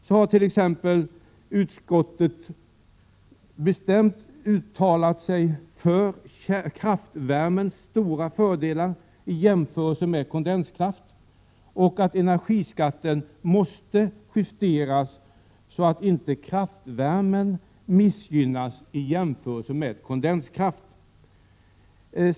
Så har t.ex. utskottet bestämt uttalat sig för kraftvärmens stora fördelar i jämförelse med kondenskraft och att energiskatten måste justeras så att inte kraftvärmen missgynnas i jämförelse med kondenskraft.